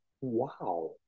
Wow